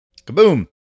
Kaboom